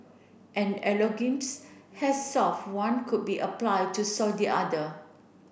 an has solve one could be applied to solve the other